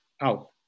out